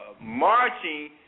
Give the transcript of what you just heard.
marching